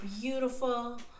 beautiful